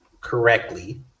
correctly